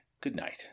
goodnight